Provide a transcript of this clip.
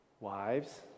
Wives